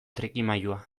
trikimailua